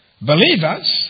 believers